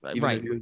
right